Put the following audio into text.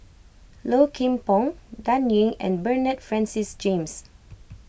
Low Kim Pong Dan Ying and Bernard Francis James